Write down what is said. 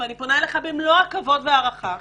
ואני פונה אליך במלוא הכבוד וההערכה,